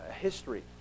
history